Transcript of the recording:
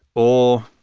or,